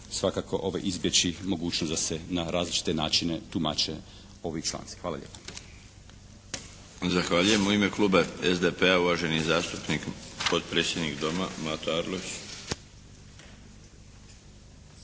svakako izbjeći mogućnost da se na različite načine tumače ovi članci. Hvala lijepo.